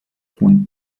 von